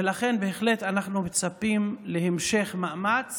ולכן, בהחלט אנחנו מצפים להמשך מאמץ